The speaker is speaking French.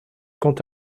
quant